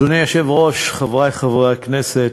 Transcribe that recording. אדוני היושב-ראש, חברי חברי הכנסת,